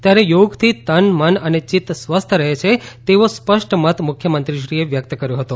ત્યારે યોગથી તન મન અને ચિત્ત સ્વસ્થ્ રહે છે તેવો સ્પષ્ટ મત મુખ્યમંત્રીશ્રી એ વ્યક્ત કર્યો હતો